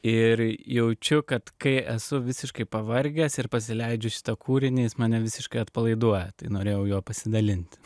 ir jaučiu kad kai esu visiškai pavargęs ir pasileidžiu šitą kūrinį jis mane visiškai atpalaiduoja tai norėjau juo pasidalint